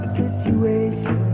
situation